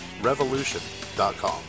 Revolution.com